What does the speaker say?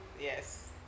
yes